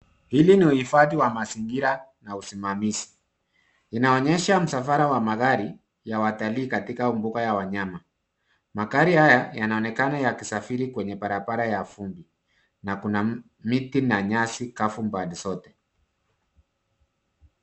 Hili ni uhifadhi wa mazingira na usimamizi. Inaonyesha msafara wa magari ya watalii katika mbuga ya wanyama. Magari haya yanaonekana yaki safiri kwenye barabara ya vumbi na kuna miti na nyasi kavu pande zote.